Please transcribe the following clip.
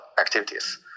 activities